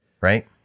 right